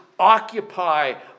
occupy